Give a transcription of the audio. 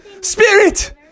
Spirit